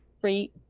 free